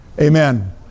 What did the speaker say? Amen